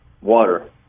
water